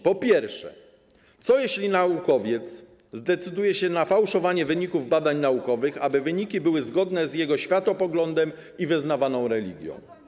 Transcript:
Po pierwsze, co jeśli naukowiec zdecyduje się na fałszowanie wyników badań naukowych, aby wyniki były zgodne z jego światopoglądem i wyznawaną religią?